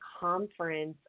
conference